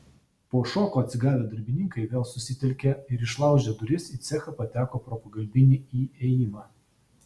po šoko atsigavę darbininkai vėl susitelkė ir išlaužę duris į cechą pateko pro pagalbinį įėjimą